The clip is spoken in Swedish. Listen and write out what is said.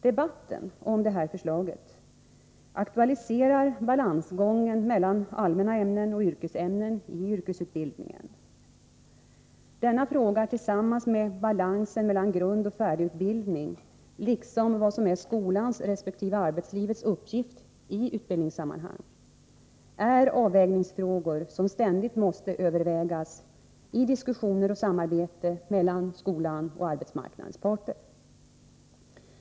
Debatten om detta förslag aktualiserar balansgången mellan allmänna ämnen och yrkesämnen i yrkesutbildningen. Denna fråga tillsammans med frågan om balansen mellan grundoch färdighetsutbildning, liksom vad som är skolans resp. arbetslivets uppgift i utbildningssammanhang, är avvägningsfrågor som ständigt måste övervägas i diskussioner och samarbete mellan skolan och arbetsmarknadens parter.